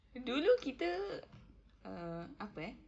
dulu kita err apa eh